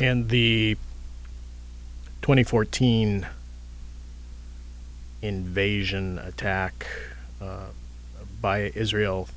and the twenty fourteen invasion attack by israel